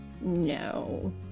No